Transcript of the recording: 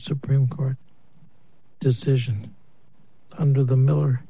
supreme court decision under the miller